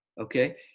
Okay